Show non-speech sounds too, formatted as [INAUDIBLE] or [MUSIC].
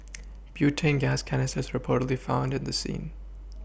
[NOISE] butane gas canisters were reportedly found at the scene